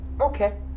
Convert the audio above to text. Okay